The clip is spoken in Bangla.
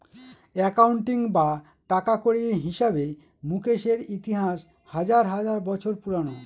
একাউন্টিং বা টাকাকড়ির হিসাবে মুকেশের ইতিহাস হাজার হাজার বছর পুরোনো